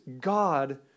God